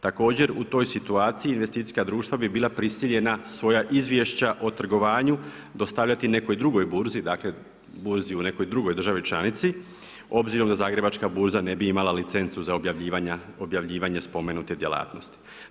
Također u toj situaciji investicijska društva bi bila prisiljena svoja izvješća o trgovanju dostavljati nekoj drugoj burzi, dakle burzi u nekoj drugoj državi članici obzirom da Zagrebačka burza ne bi imala licencu za objavljivanje spomenute djelatnosti.